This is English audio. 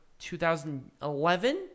2011